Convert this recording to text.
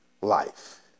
life